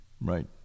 right